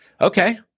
Okay